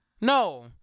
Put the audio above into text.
no